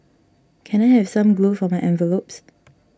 can I have some glue for my envelopes